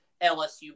LSU